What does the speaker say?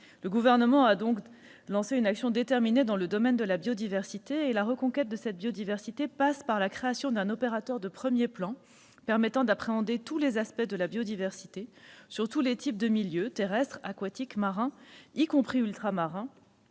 Le Gouvernement a donc lancé une action déterminée dans le domaine de la biodiversité. Cette reconquête passe par la création d'un opérateur de premier plan permettant d'appréhender tous les aspects de la biodiversité sur tous les types de milieux- terrestres, aquatiques, marins, y compris ultramarins